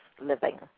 living